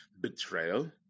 betrayal